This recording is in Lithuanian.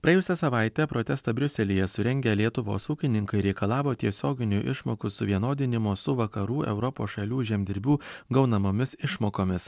praėjusią savaitę protestą briuselyje surengę lietuvos ūkininkai reikalavo tiesioginių išmokų suvienodinimo su vakarų europos šalių žemdirbių gaunamomis išmokomis